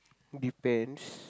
depends